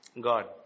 God